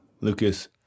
Lucas